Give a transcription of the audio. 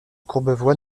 courbevoie